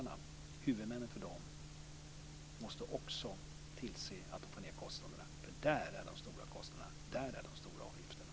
Men huvudmännen för hamnarna måste också tillse att de får ned kostnaderna, för där finns de stora kostnaderna och de stora avgifterna.